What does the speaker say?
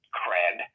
cred